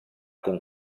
con